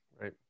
Right